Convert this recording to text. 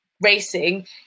racing